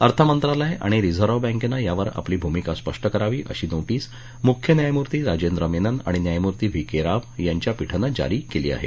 अर्थनंत्रालय आणि रिझर्व बँकेनं यावर आपली भूमिका स्पष्ट करावी अशी नोटीस मुख्य न्यायमूर्ती राजेंद्र मेनन आणि न्यायमूर्ती व्ही के राव यांच्या पीठानं जारी केली आहे